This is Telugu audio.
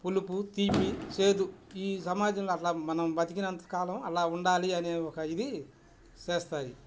పులుపు తీపి చేదు ఈ సమాజంలో అట్లా మనం బతికిినంత కాలం అలా ఉండాలి అనే ఒక ఇది చేస్తాయి